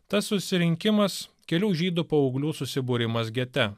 tas susirinkimas kelių žydų paauglių susibūrimas gete